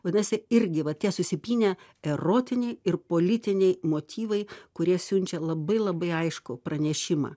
vadinasi irgi va tie susipynę erotiniai ir politiniai motyvai kurie siunčia labai labai aiškų pranešimą